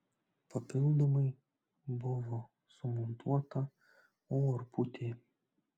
papildomai buvo sumontuota orpūtė